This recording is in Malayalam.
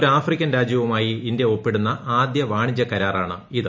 ഒരു ആഫ്രിക്കൻ രാജ്യവുമായി ഇന്ത്യ ഒപ്പിടുന്ന ആദ്യ വാണിജ്യ കരാറാണ് ഇത്